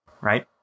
right